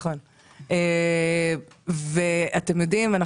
אתם יודעים,